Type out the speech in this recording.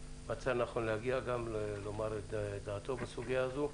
שמצא לנכון להגיע ולומר את דעתו בסוגיה הזאת.